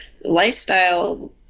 lifestyle